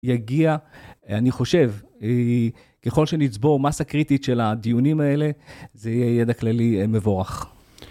יגיע, אני חושב, ככל שנצבור מסה קריטית של הדיונים האלה, זה יהיה ידע כללי מבורך.